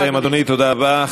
תודה רבה.